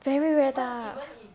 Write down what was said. very very tough